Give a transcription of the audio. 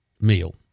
meal